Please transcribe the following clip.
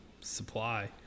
supply